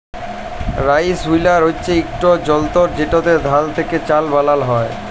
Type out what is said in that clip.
rice হুলার হছে ইকট যলতর যেটতে ধাল থ্যাকে চাল বালাল হ্যয়